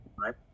right